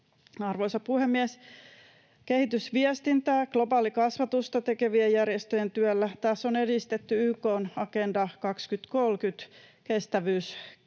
Arvoisa puhemies! Kehitysviestintää ja globaalikasvatusta tekevien järjestöjen työllä taas on edistetty YK:n Agenda 2030 -kestävyystoimenpiteiden